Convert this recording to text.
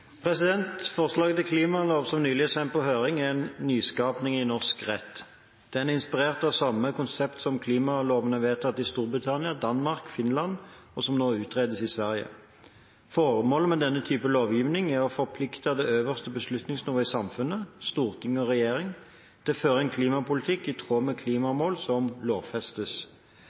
Forslaget til klimalov som nylig ble sendt på høring, er en nyskaping i norsk rett. Det er inspirert av samme konsept som klimalovene vedtatt i Storbritannia, Danmark og Finland, og som nå utredes i Sverige. Formålet med denne type lovgivning er å forplikte det øverste beslutningsnivået i samfunnet, storting og regjering, til å føre en klimapolitikk i tråd med klimamål som lovfestes.